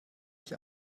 ich